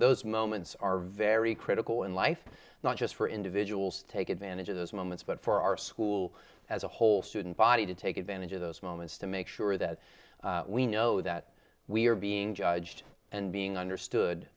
those moments are very critical in life not just for individuals to take advantage of those moments but for our school as a whole student body to take advantage of those moments to make sure that we know that we are being judged and being understood